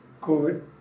COVID